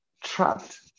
trapped